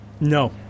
No